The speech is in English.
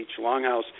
longhouse